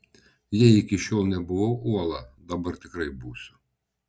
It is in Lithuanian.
jei iki šiol nebuvau uola dabar tikrai būsiu